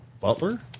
Butler